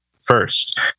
first